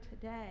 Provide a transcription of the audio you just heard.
today